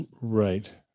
right